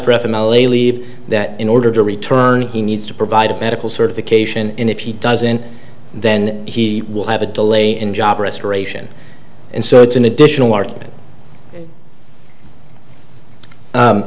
family leave that in order to return he needs to provide a medical certification and if he doesn't then he will have a delay in job restoration and so it's an additional argument